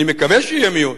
אני מקווה שיהיה מיעוט,